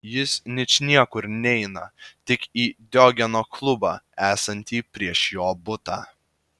jis ničniekur neina tik į diogeno klubą esantį prieš jo butą